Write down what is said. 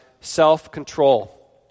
self-control